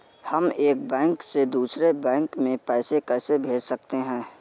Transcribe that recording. हम एक बैंक से दूसरे बैंक में पैसे कैसे भेज सकते हैं?